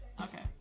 Okay